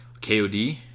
KOD